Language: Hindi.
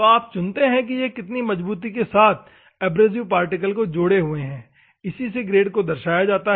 तो आप चुनते है कि यह कितनी मजबूती के साथ एब्रेसिव पार्टिकल को जोड़े हुए है और इसी से ग्रेड को दर्शाया जाता है